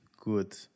Good